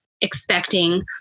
expecting